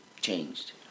changed